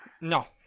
No